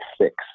six